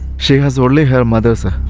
she has only her mother so